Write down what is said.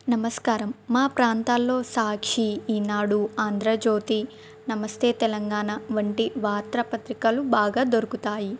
నమస్కారం మా ప్రాంతాల్లో సాక్షి ఈనాడు ఆంధ్రజ్యోతి నమస్తే తెలంగాణ వంటి వార్తా పత్రికలు బాగా దొరుకుతాయి